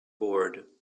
board